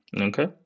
okay